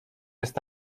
jest